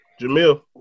Jamil